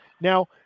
Now